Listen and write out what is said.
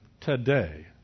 today